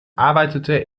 arbeitete